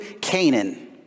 Canaan